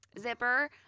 zipper